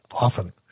often